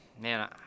man